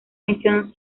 misión